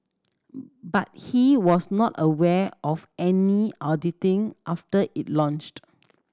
but he was not aware of any auditing after it launched